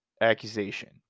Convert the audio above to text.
accusation